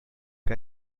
que